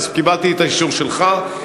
אז קיבלתי את האישור שלך.